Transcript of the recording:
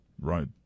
Right